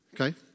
Okay